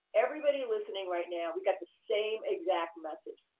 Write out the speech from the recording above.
everybody listening right now, we got the same exact message.